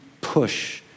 push